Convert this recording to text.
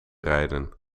rijden